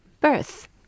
birth